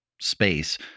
space